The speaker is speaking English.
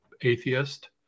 atheist